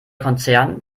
konzern